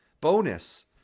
Bonus